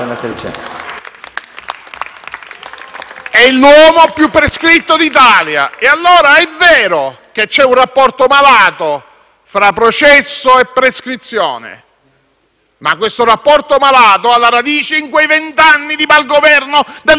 è l'uomo più prescritto d'Italia. È vero che c'è un rapporto tra processo e prescrizione, ma è un rapporto malato che ha la radice nei vent'anni di malgoverno del nostro Paese.